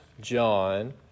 John